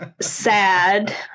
sad